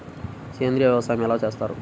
సేంద్రీయ వ్యవసాయం ఎలా చేస్తారు?